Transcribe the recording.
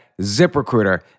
ZipRecruiter